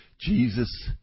Jesus